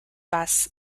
bus